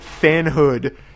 fanhood